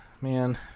Man